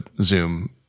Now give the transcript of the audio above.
zoom